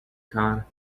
car